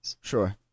Sure